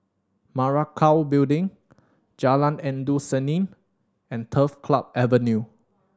Parakou Building Jalan Endut Senin and Turf Club Avenue